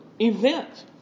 event